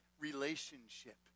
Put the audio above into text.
relationship